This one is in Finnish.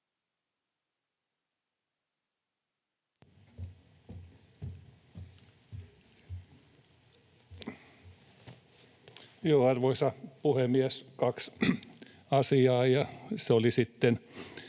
Arvoisa puhemies! Kaksi asiaa,